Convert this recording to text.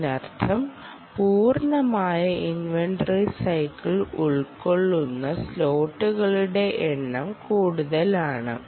അതിനർത്ഥം പൂർണ്ണമായ inventory cycle ഉൾക്കൊള്ളുന്ന സ്ലോട്ടുകളുടെ എണ്ണം കൂടുതലാണ്